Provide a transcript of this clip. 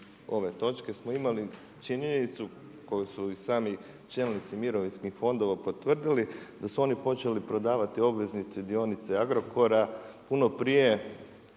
ove točke smo imali činjenicu koju su i sami čelnici mirovinskih fondova potvrdila da su oni počeli prodavati obveznice i dionice Agrokora puno prije